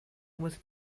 was